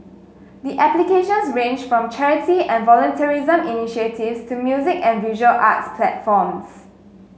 the applications ranged from charity and volunteerism initiatives to music and visual arts platforms